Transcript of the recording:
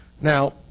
Now